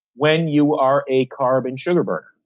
when you are a carb and sugar burner